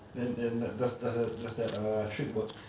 then then does the does that trick work